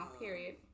period